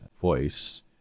voice